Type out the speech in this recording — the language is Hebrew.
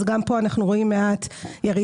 אז גם פה אנחנו רואים מעט ירידה,